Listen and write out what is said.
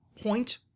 point